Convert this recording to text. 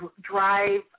drive